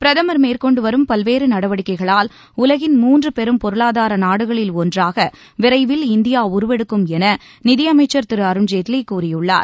பிரதமர் மேற்கொண்டு வரும் பல்வேறு நடவடிக்கைகளால் உலகின் மூன்று பெரும் பொருளாதார நாடுகளில் ஒன்றாக விரைவில் இந்தியா உருவெடுக்கும் என நிதியமைச்சர் திரு அருண்ஜேட்லி கூறியுள்ளார்